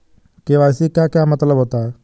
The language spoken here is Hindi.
के.वाई.सी का क्या मतलब होता है?